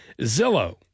Zillow